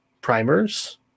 primers